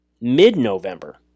mid-November